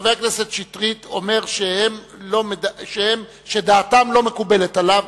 חבר הכנסת שטרית אומר שדעתם לא מקובלת עליו,